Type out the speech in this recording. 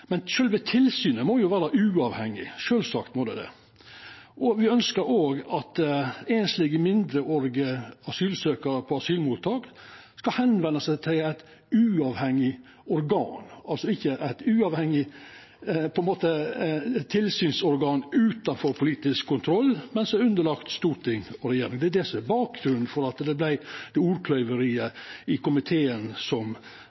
Men sjølve tilsynet må vera uavhengig, sjølvsagt må det det. Me ønskjer òg at einslege mindreårige asylsøkjarar på asylmottak skal venda seg til eit uavhengig organ, altså ikkje eit uavhengig tilsynsorgan utanfor politisk kontroll, men eit tilsyn underlagt storting og regjering. Det er det som er bakgrunnen for at det vart ordkløyveri i komiteen, slik representanten Andersen viser til. Det